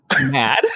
mad